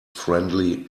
friendly